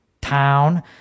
town